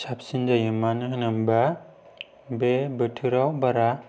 साबसिन जायो मानो होनोब्ला बे बोथोराव बारा